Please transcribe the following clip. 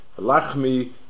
lachmi